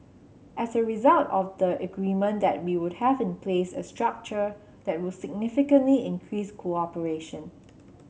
as a result of the agreement that we would have in place a structure that would significantly increase cooperation